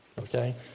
okay